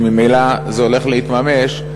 וממילא זה הולך להתממש,